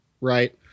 Right